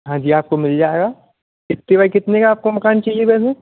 हाँ जी आपको मिल जाएगा कितने बाई कितने का आपको मकान चाहिए